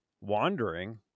wandering